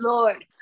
Lord